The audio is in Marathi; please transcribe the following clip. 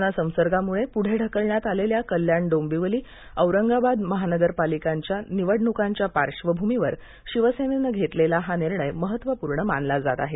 कोरोना संसर्गाम्रळे प्रढे ढकलण्यात आलेल्या कल्याण डोंबिवली औरंगाबाद महानगरपालिकांच्या निवडणुकीच्या पार्श्वभूमीवर शिवसेनेने घेतलेला निर्णय महत्त्वपूर्ण मानला जात आहे